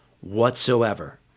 whatsoever